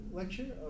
lecture